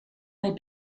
met